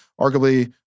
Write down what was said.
arguably